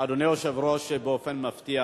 אדוני היושב-ראש, באופן מפתיע